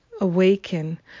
awaken